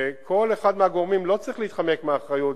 כל אחד מהגורמים לא צריך להתחמק מאחריות,